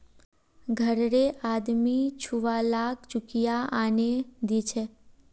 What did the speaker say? घररे आदमी छुवालाक चुकिया आनेय दीछे